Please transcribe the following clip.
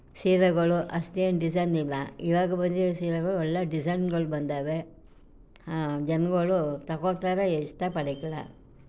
ಸೀರೆಗಳು ಅಷ್ಟೇನು ಡಿಝೈನ್ ಇಲ್ಲ ಈವಾಗ ಬಂದಿರೊ ಸೀರೆಗಳು ಒಳ್ಳೆಯ ಡಿಝೈನ್ಗಳು ಬಂದಿವೆ ಜನಗಳು ತಗೊಳ್ತಾರೆ ಇಷ್ಟ ಪಡಕ್ಕಿಲ್ಲ